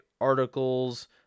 articles